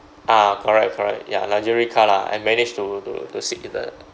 ah correct correct ya luxury car lah and managed to to to sit in the